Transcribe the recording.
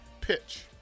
pitch